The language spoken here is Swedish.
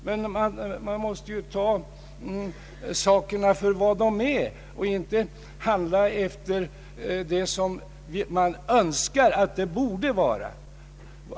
Men man måste ta sakerna för vad de är och inte handla efter vad man önskar att de vore.